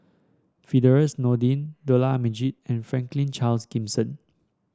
Firdaus Nordin Dollah Majid and Franklin Charles Gimson